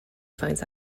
finds